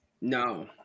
No